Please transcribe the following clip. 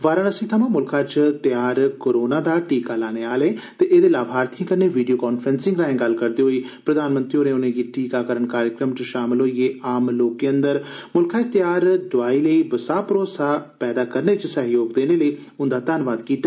वाराणसी थमां मुल्खै च तैयार कोरोना दा टीका लाने आले ते एहदे लाभार्थिएं कन्नै वीडियो कांफ्रैसिंग राएं गल्ल करदे होई प्रधानमंत्री होरें उनेंगी टीकाकरण कार्जक्रम च शामल होइये आम लोकें अंदर मुल्खै च तैयार दोआई लेई बसाह भरोसा पैदा करने च सहयोग देने लेई उन्दा धन्नवाद कीता